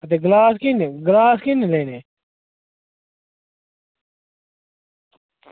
ते गलास किन्ने किन्ने लैने